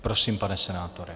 Prosím, pane senátore.